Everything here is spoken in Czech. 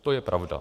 To je pravda.